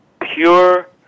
pure